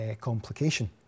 complication